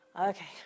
Okay